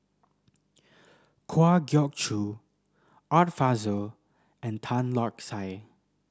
Kwa Geok Choo Art Fazil and Tan Lark Sye